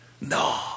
No